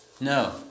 No